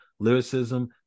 lyricism